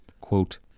Quote